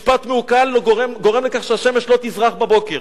משפט מעוקל גורם לכך שהשמש לא תזרח בבוקר.